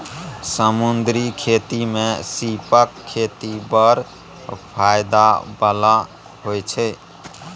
समुद्री खेती मे सीपक खेती बड़ फाएदा बला होइ छै